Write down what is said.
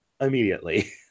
immediately